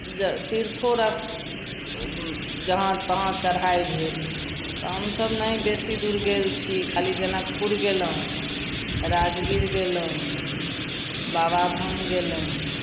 जे तिरथो र जहाँ तहाँ चढ़ाइ भेल तऽ हमसभ नहि बेसी दूर गेल छी खाली जनकपुर गेलहुँ राजगीर गेलहुँ बाबाधाम गेलहुँ